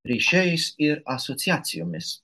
ryšiais ir asociacijomis